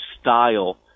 style